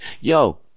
yo